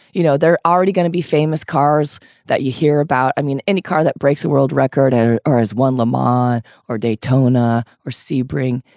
you know, they're already going to be famous cars that you hear about. i mean, any car that breaks a world record and or or as one lamon or daytona or sebring,